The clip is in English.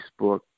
Facebook